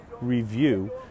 review